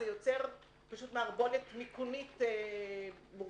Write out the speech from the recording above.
זה יוצר פשוט מערבולת מיכונית מורכבת.